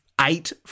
eight